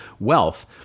Wealth